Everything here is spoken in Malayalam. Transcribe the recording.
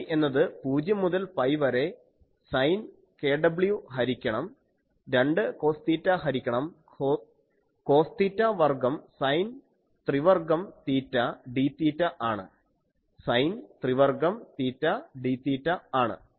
I എന്നത് 0 മുതൽ പൈ വരെ സൈൻ kw ഹരിക്കണം 2 കോസ് തീറ്റ ഹരിക്കണം കോസ് തീറ്റ വർഗ്ഗം സൈൻ ത്രിവർഗ്ഗം തീറ്റ dതീറ്റ ആണ് സൈൻ ത്രിവർഗ്ഗം തീറ്റ dതീറ്റ ആണ്